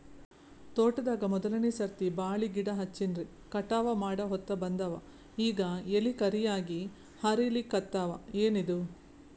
ತೋಟದಾಗ ಮೋದಲನೆ ಸರ್ತಿ ಬಾಳಿ ಗಿಡ ಹಚ್ಚಿನ್ರಿ, ಕಟಾವ ಮಾಡಹೊತ್ತ ಬಂದದ ಈಗ ಎಲಿ ಕರಿಯಾಗಿ ಹರಿಲಿಕತ್ತಾವ, ಏನಿದು?